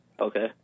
Okay